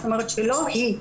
זאת אומרת שלא היא,